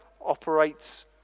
operates